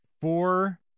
four